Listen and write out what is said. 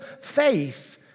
faith